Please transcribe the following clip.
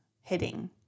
hitting